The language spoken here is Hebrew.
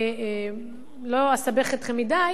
ולא אסבך אתכם מדי,